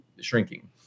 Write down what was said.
shrinking